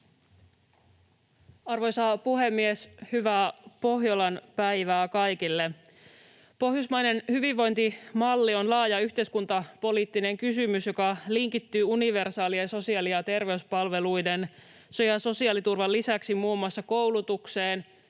Arvoisa puhemies! Hyvää Pohjolan päivää kaikille. Pohjoismainen hyvinvointimalli on laaja yhteiskuntapoliittinen kysymys, joka linkittyy universaalien sosiaali- ja terveyspalveluiden ja sosiaaliturvan lisäksi muun muassa koulutukseen,